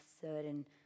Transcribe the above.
certain